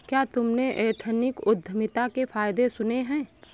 क्या तुमने एथनिक उद्यमिता के फायदे सुने हैं?